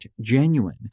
genuine